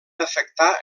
afectar